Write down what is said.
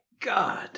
god